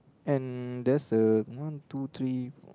and there's a one two three